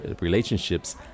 relationships